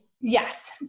Yes